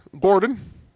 Gordon